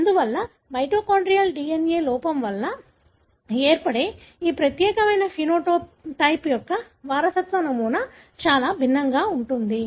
అందువల్ల mitochondrial DNA లోపం వల్ల ఏర్పడే ఈ ప్రత్యేక ఫెనోటైప్ యొక్క వారసత్వ నమూనా చాలా భిన్నంగా ఉంటుంది